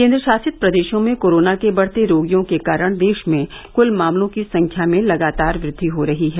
केंद्रशासित प्रदेशों में कोरोना के बढते रोगियों के कारण देश में कुल मामलों की संख्या में लगातार वृद्वि हो रही है